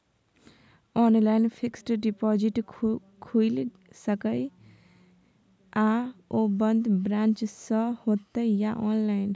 Online fixed deposit खुईल सके इ आ ओ बन्द ब्रांच स होतै या ऑनलाइन?